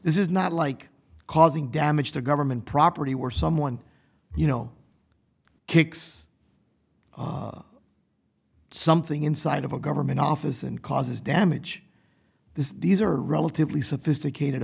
this is not like causing damage to government property where someone you know kicks something inside of a government office and causes damage this is these are relatively sophisticated